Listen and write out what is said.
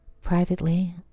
Privately